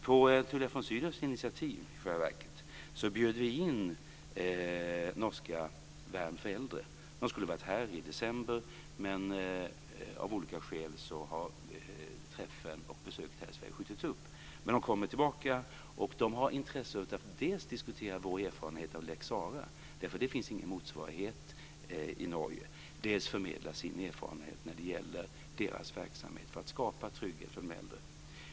På Tullia von Sydows initiativ bjöd vi in det norska Värn för äldre. Man skulle ha kommit hit i december, men av olika skäl har besöket i Sverige skjutits upp, men man kommer senare. Det norska Värn för äldre är intresserade av dels att diskutera lex Sarah, eftersom det inte finns någon motsvarighet i Norge, dels att förmedla sin erfarenhet när det gäller att skapa trygghet för de äldre.